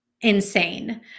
insane